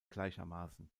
gleichermaßen